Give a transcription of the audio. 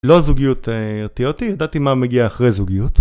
לא זוגיות הרתיעה אותי, ידעתי מה מגיע אחרי זוגיות